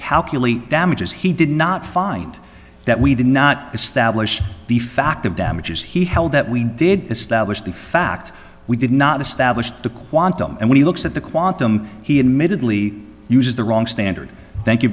calculate damages he did not find that we did not establish the fact of damages he held that we did establish the fact we did not establish the quantum and when he looks at the quantum he admittedly uses the wrong standard thank you